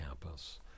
campus